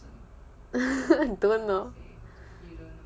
you don't know